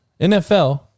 NFL